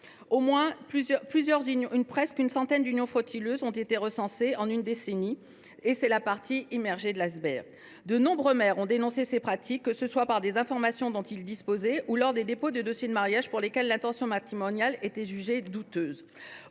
Au total, près d’une centaine d’unions frauduleuses ont été recensées en une décennie, et ce n’est là que la partie émergée de l’iceberg. De nombreux maires ont dénoncé ces pratiques, que ce soit grâce aux informations dont ils disposaient ou lors du dépôt d’un dossier de mariage pour lequel l’intention matrimoniale était jugée douteuse.